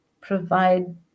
provide